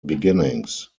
beginnings